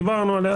דיברנו עליה,